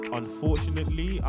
unfortunately